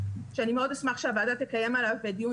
שאני מאוד אשמח שהוועדה תקיים עליה דיון,